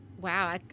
Wow